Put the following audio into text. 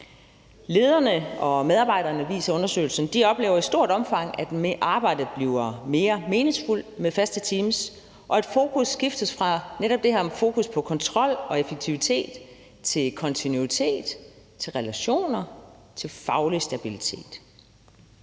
viser undersøgelsen, oplever i stort omfang, at arbejdet bliver mere meningsfuldt med faste teams, og at fokus netop skiftes fra at være på kontrol og effektivitet til at være på kontinuitet, relationer og faglig stabilitet.